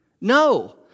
No